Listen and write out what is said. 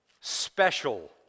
special